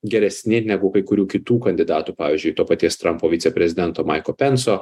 geresni negu kai kurių kitų kandidatų pavyzdžiui to paties trampo viceprezidento maiko penso